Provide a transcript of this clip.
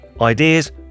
ideas